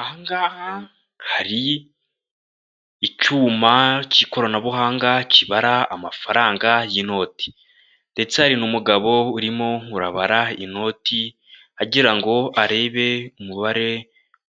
Ahangaha hari icyuma cy'ikoranabuhanga kibara amafaranga y'inoti, ndetse hari n'umugabo urimo urabara inoti agira ngo arebe umubare